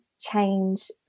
change